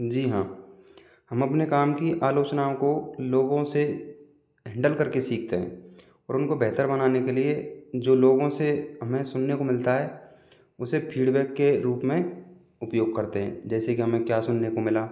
जी हाँ हम अपने काम की आलोचनाओ को लोगों से हैंडल करके सीखते हैं और उनको बेहतर बनाने के लिए जो लोगों से हमें सुनने को मिलता है उसे फीडबैक के रूप में उपयोग करते हैं जैसे कि हमें क्या सुनने को मिला